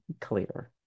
clear